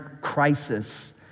crisis